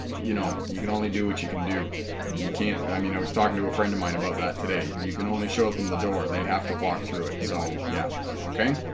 you know you can only do what you can do you can't i mean i was talking to a friend of mine about that today you can only show them the door they have to walk through it so yeah okay